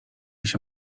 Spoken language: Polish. się